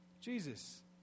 Jesus